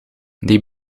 die